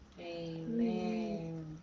Amen